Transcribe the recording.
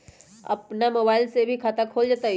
अपन मोबाइल से भी खाता खोल जताईं?